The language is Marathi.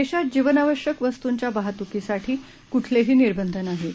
दक्षित जीवनावश्यक वस्तूंच्या वाहतूकीसाठी कुठलहीीनिर्बंध नाहीत